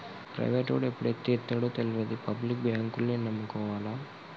ప్రైవేటోడు ఎప్పుడు ఎత్తేత్తడో తెల్వది, పబ్లిక్ బాంకుల్నే నమ్ముకోవాల